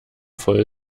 voll